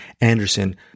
Anderson